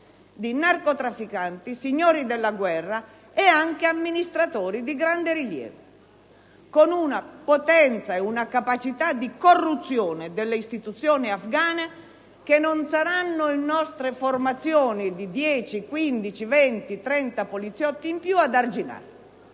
di narcotrafficanti, signori della guerra ed anche amministratori di grande rilievo, con una potenza e una capacità di corruzione delle istituzioni afgane che non saranno le nostre formazioni di 10, 15, 20 o 30 poliziotti in più ad arginare.